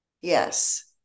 Yes